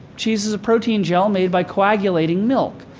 cheese is a protein gel made by coagulating milk.